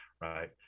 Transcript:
right